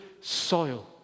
soil